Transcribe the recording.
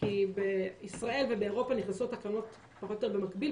כי בישראל ובאירופה נכנסו התקנות פחות אותו יותר במקביל,